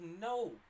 no